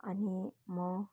अनि म